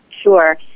Sure